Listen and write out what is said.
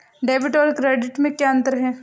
Debit और credit में क्या अंतर है?